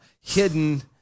hidden